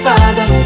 Father